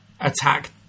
attack